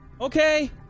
Okay